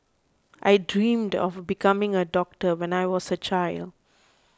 I dreamt of becoming a doctor when I was a child